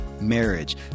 marriage